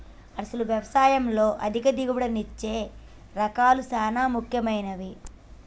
అసలు యవసాయంలో అధిక దిగుబడినిచ్చే రకాలు సాన ముఖ్యమైనవి